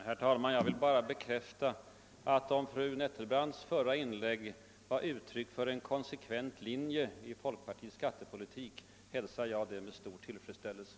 Herr talman! Om fru Nettelbrandts förra inlägg var uttryck för en konsekvent linje i folkpartiets skattepolitik, hälsar jag det med stor tillfredsställelse.